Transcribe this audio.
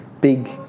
big